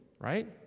right